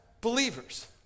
believers